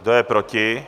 Kdo je proti?